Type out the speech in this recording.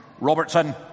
Robertson